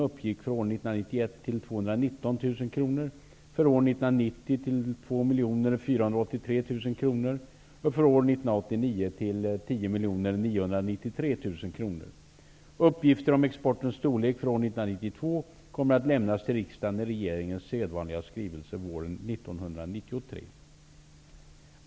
Uppgifter om exportens storlek för år 1992 kommer att lämnas till riksdagen i regeringens sedvanliga skrivelse våren 1993.